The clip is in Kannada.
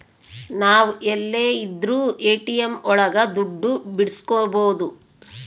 ನಾವ್ ಎಲ್ಲೆ ಇದ್ರೂ ಎ.ಟಿ.ಎಂ ಒಳಗ ದುಡ್ಡು ಬಿಡ್ಸ್ಕೊಬೋದು